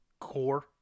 core